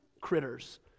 critters